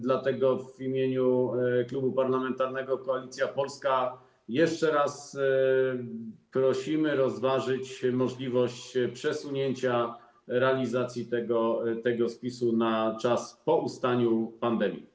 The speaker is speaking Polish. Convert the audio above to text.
Dlatego w imieniu Klubu Parlamentarnego Koalicja Polska jeszcze raz proszę rozważyć możliwość przesunięcia realizacji tego spisu na czas po ustaniu pandemii.